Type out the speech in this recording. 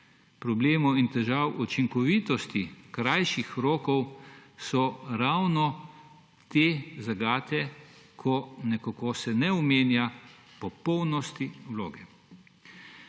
problemov in težav učinkovitosti krajših rokov, so ravno te zagate, ko se nekako ne omenja popolnosti vloge.